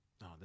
No